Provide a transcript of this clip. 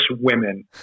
women